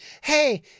Hey